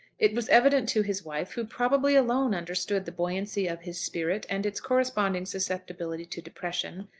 it was evident to his wife, who probably alone understood the buoyancy of his spirit and its corresponding susceptibility to depression,